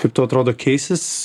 kaip tau atrodo keisis